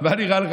מה נראה לך,